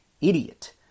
idiot